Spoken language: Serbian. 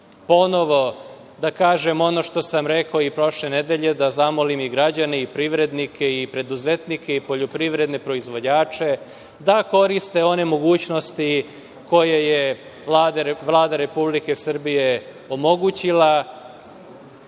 ponovo da kažem ono što sam rekao i prošle nedelje, da zamolim građane, privrednike, preduzetnike, i poljoprivredne proizvođače da koriste one mogućnosti koje je Vlada Republike Srbije omogućila